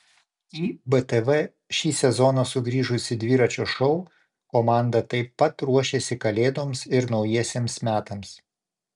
į btv šį sezoną sugrįžusi dviračio šou komanda taip pat ruošiasi kalėdoms ir naujiesiems metams